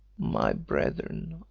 my brethren,